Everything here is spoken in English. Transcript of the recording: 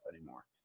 anymore